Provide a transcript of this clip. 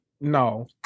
No